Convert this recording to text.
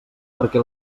perquè